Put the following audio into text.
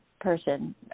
person